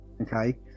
okay